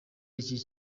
iki